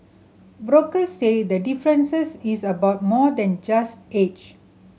brokers say the differences is about more than just age